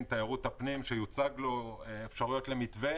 תיירות הפנים שיוצג לשר ואפשרויות למתווה.